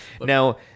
Now